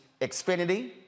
Xfinity